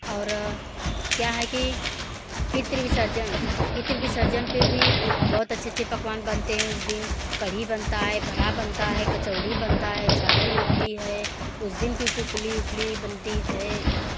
और क्या है कि पितृ विसर्जन पितृ विसर्जन पे भी बहुत अच्छे अच्छे पकवान बनते हैं उस दिन कढ़ी बनती है भरा बनता है कचौड़ी बनती है चावल बनता है उस दिन भी पुपली उपली बनती है